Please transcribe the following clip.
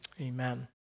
Amen